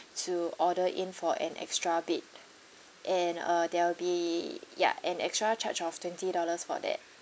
to order in for an extra bed and uh there will be ya an extra charge of twenty dollars for that